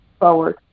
Forward